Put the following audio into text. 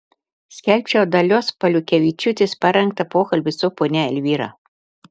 skelbčiau dalios pauliukevičiūtės parengtą pokalbį su ponia elvyra